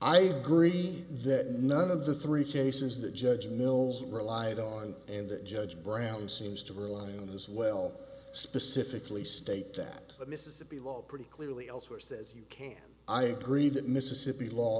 i agree that none of the three cases the judge mills relied on and that judge brown seems to rely on as well specifically states that the mississippi law pretty clearly elsewhere says you can i agree that mississippi law